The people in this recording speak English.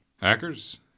Hackers